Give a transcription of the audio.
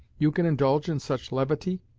you can indulge in such levity?